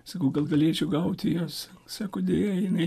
sakau gal galėčiau gauti jos sako deja jinai